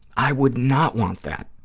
i would not want that.